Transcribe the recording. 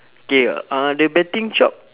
K uh the betting shop